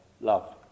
love